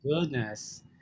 goodness